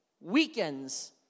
weekends